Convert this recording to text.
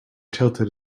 tilted